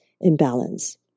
imbalance